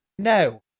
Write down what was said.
No